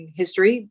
history